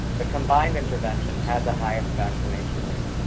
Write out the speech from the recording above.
the combined intervention had the highest vaccination rate,